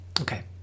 Okay